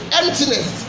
emptiness